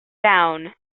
down